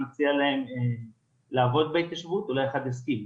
אציע להם לעבוד בהתיישבות אולי אחד יסכים.